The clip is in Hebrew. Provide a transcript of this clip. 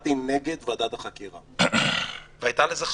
הצבעתי נגד ועדת החקירה, והייתה לזה כוונה.